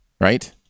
Right